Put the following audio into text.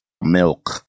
milk